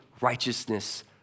righteousness